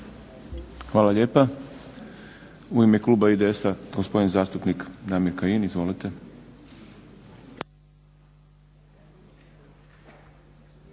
Hvala lijepa. U ime kluba IDS-a gospodin zastupnik Damir Kajin. Izvolite.